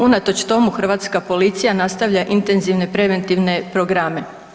Unatoč tomu hrvatska policija nastavlja intenzivne preventivne programe.